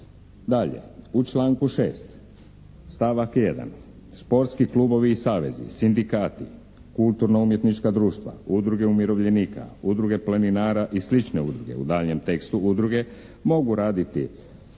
Dalje, u članku 6. stavak 1. sportski klubovi i savezi, sindikati, kulturno umjetnička društva, udruge umirovljenika, udruge planinara i sl. udruge, u daljnjem tekstu: "udruge"